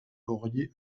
laurier